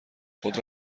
خود